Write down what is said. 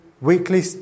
weekly